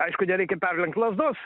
aišku nereikia perlenkt lazdos